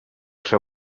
seu